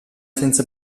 senza